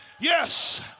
yes